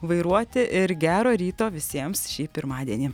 vairuoti ir gero ryto visiems šį pirmadienį